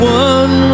one